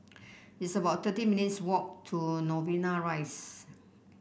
it's about thirty minutes' walk to Novena Rise